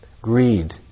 Greed